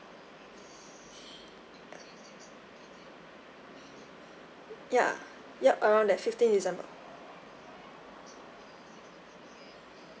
ya yup around there fifteen december